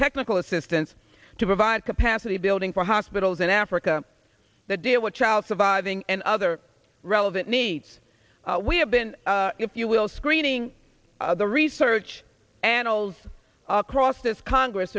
technical assistance to provide capacity building for hospitals in africa that deal with child surviving and other relevant needs we have been if you will screening the research annals of across this congress